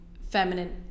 feminine